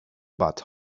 but